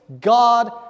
God